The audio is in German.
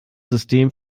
system